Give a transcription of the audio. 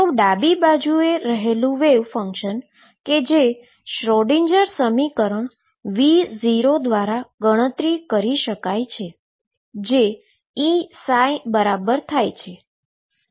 તો ડાબી બાજુએ રહેલું વેવ ફંક્શન કે જે શ્રોડિંજર સમીકરણ V0 દ્વારા ગણતરી કરી શકાય છે જે Eψ બરાબર થાય છે